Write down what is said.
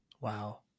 wow